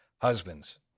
Husbands